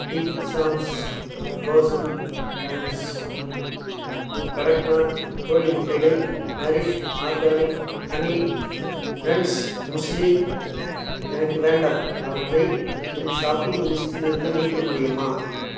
big Sam's frozen prawns Kadaknath கோழி முட்டைகள் Nourish organic honey crunch muesli எனக்கு வேண்டாம் அவற்றை என் ஷாப்பிங் லிஸ்டிலிருந்து நீக்க முடியுமா